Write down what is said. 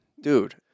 dude